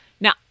Now